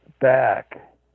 back